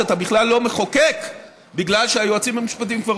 שאתה בכלל לא מחוקק כי היועצים המשפטיים כבר